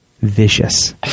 vicious